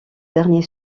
dernier